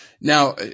Now